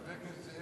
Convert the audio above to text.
חבר כנסת זאב,